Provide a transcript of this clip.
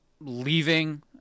leaving